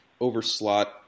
overslot